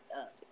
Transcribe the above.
up